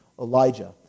Elijah